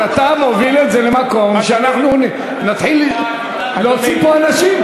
אבל אתה מוביל את זה לכך שנתחיל להוציא פה אנשים,